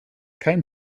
kein